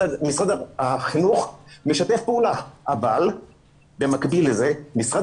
משרד החינוך משתף פעולה אבל במקביל לזה משרד